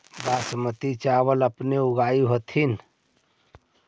बासमती चाबल अपने ऊगाब होथिं?